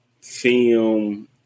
film